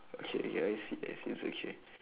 okay okay I see I see it's okay